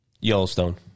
Yellowstone